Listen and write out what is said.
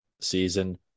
season